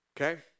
Okay